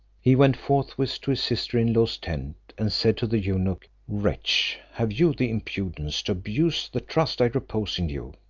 he went forthwith to his sister in-law's tent, and said to the eunuch, wretch have you the impudence to abuse the trust i repose in you?